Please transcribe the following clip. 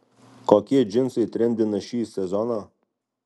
kokie džinsai trendina šį sezoną